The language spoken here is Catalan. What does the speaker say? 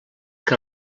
que